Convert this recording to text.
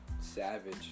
Savage